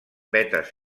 vetes